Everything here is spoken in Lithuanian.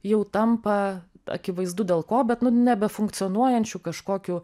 jau tampa akivaizdu dėl ko bet nu nebefunkcionuojančiu kažkokiu